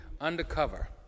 undercover